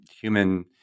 human